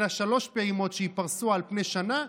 אלא שלוש פעימות שיתפרסו על פני שנה,